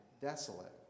desolate